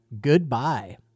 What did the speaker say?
Goodbye